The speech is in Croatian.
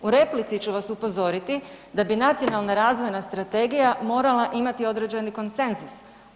U replici ću vas upozoriti da bi Nacionalna razvojna strategija morala imati određeni konsenzus.